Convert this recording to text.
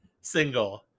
single